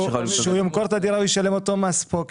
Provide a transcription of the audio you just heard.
-- כשהוא ימכור את הדירה הוא ישלם את אותו המס פה,